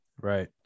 Right